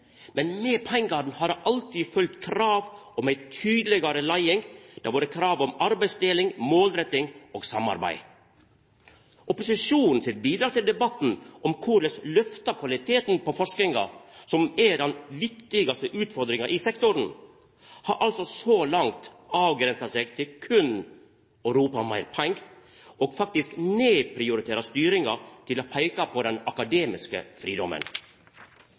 men med pengane har det alltid følgt krav om ei tydelegare leiing, arbeidsdeling, målretting og samarbeid. Opposisjonen sitt bidrag til debatten – om korleis lyfta kvaliteten på forskinga, som er den viktigaste utfordringa i sektoren – har altså så langt avgrensa seg til berre å ropa om meir pengar og faktisk nedprioritera styringa til å peika på den akademiske fridomen.